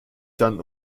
dann